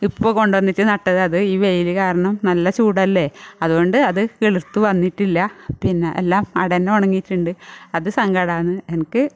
ഇപ്പോൾ കൊണ്ട് വന്നിട്ട് നട്ടതാണ് അത് ഈ വെയിൽ കാരണം നല്ല ചൂടല്ലേ അതുകൊണ്ട് അത് കിളിർത്ത് വന്നിട്ടില്ല പിന്നെ എല്ലാം അവിടെ തന്നെ ഉണങ്ങിയിട്ടുണ്ട് അത് സങ്കടമാണ് എനിക്ക്